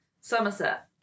Somerset